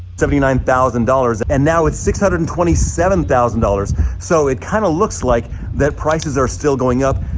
seventy nine thousand dollars and now it's six hundred and twenty seven thousand dollars. so it kinda looks like that prices are still going up.